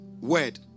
word